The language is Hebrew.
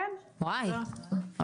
כן, תודה.